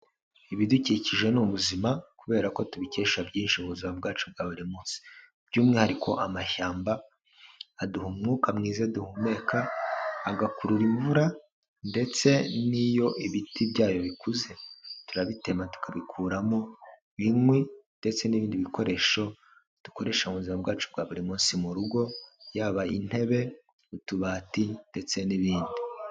Ibidukikije ni ubuzima kubera ko tubikesha byinshi mu buzima bwacu bwa buri munsi by'umwihariko amashyamba aduha umwuka mwiza duhumeka, agakurura imvura ndetse n'iyo ibiti byayo bikuze turabitema tukabikuramo inkwi ndetse n'ibindi bikoresho dukoresha buzima bwacu bwa buri munsi mu rugo yaba intebe, utubati ndetse n'ibindi.